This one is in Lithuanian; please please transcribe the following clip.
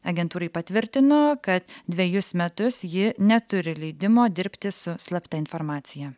agentūrai patvirtino kad dvejus metus ji neturi leidimo dirbti su slapta informacija